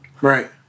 right